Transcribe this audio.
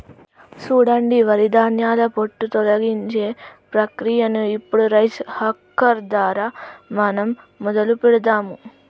సూడండి వరి ధాన్యాల పొట్టు తొలగించే ప్రక్రియను ఇప్పుడు రైస్ హస్కర్ దారా మనం మొదలు పెడదాము